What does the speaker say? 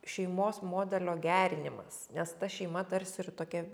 šeimos modelio gerinimas nes ta šeima tarsi ir tokia